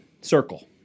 circle